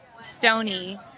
stony